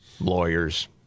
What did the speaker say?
Lawyers